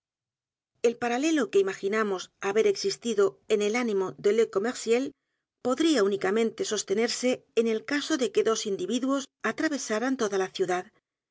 el paralelo que imaginamos haber existido en el ánimo de le edgar poe novelas y cuentos commerciel podría únicamente sostenerse en el caso de que dos individuos atravesaran toda la ciudad